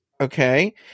Okay